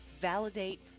Validate